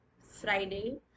Friday